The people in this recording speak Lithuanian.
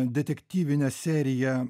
detektyvinę seriją